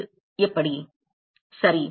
சரி